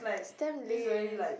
that's damn lame